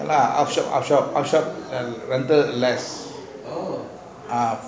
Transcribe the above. ya lah ask shop ask shop rental yes ah